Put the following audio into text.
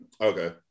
Okay